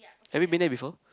have you been there before